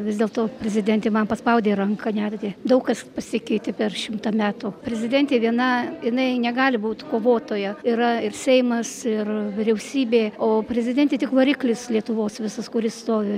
vis dėl to prezidentė man paspaudė ranką netgi daug kas pasikeitė per šimtą metų prezidentė viena jinai negali būt kovotoja yra ir seimas ir vyriausybė o prezidentė tik variklis lietuvos visas kuris stovi